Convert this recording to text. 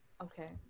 Okay